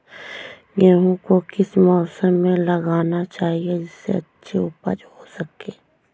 गेहूँ को किस मौसम में लगाना चाहिए जिससे अच्छी उपज हो सके?